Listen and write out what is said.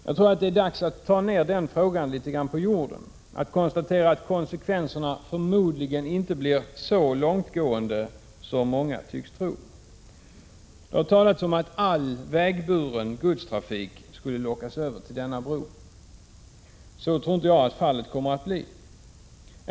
Jag tror att det är dags att ta ned den frågan på jorden, att konstatera att konsekvenserna förmodligen inte blir så långtgående som många tycks tro. Det har talats om att all vägburen godstrafik skulle lockas över till denna bro, men så tror jag inte kommer att bli fallet.